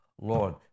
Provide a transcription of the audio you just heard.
Lord